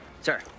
sir